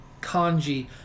kanji